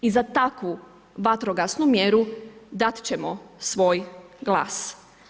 I za takvu vatrogasnu mjeru dati ćemo svoj glas.